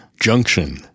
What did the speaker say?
Junction